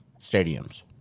stadiums